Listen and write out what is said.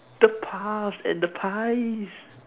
the puffs and the pies